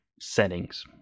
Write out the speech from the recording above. settings